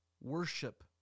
worship